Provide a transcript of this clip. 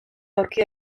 aurki